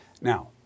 now